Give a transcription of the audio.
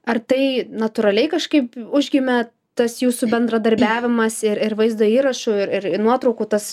ar tai natūraliai kažkaip užgimė tas jūsų bendradarbiavimas ir ir vaizdo įrašų ir ir nuotraukų tas